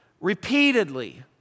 repeatedly